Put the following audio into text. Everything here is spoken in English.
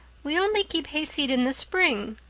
we only keep hayseed in the spring,